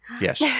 Yes